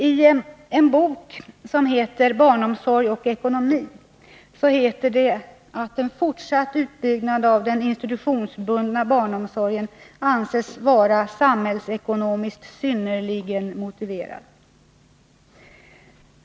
I boken Barnomsorg och ekonomi heter det att en fortsatt utbyggnad av den institutionsbundna barnomsorgen anses vara samhällsekonomiskt synnerligen motiverad.